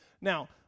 Now